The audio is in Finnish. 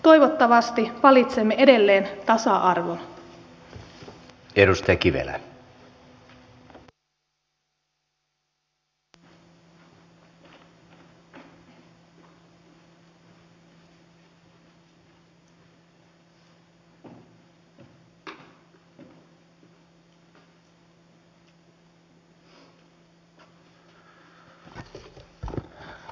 toivottavasti valitsemme edelleen tasa arvon